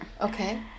Okay